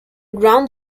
ground